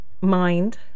mind